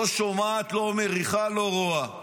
לא שומעת, לא מריחה, לא רואה.